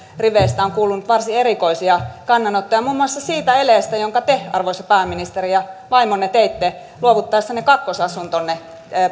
riveistä on kuulunut varsin erikoisia kannanottoja muun muassa siitä eleestä jonka te arvoisa pääministeri ja vaimonne teitte luovuttaessanne kakkosasuntonne